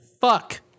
Fuck